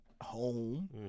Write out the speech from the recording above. home